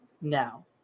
now